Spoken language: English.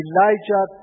Elijah